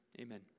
amen